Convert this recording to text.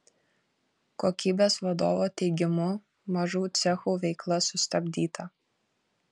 kokybės vadovo teigimu mažų cechų veikla sustabdyta